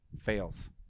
fails